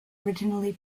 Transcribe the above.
originally